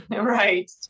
right